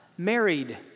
married